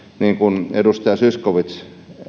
niin kuin edustaja zyskowicz